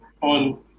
on